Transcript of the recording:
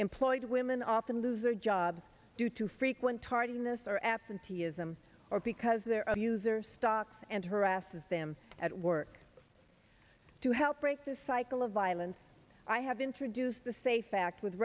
employed women often lose their jobs due to frequent tardiness or absenteeism or because their abuser stocks and harass them at work to help break the cycle of violence i have introduced the say fact with